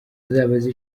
uzabaze